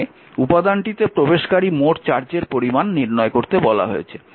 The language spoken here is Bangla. এখানে উপাদানটিতে প্রবেশকারী মোট চার্জের পরিমান নির্ণয় করতে বলা হয়েছে